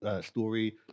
story